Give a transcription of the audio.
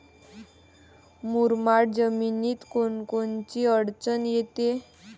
मुरमाड जमीनीत कोनकोनची अडचन येते?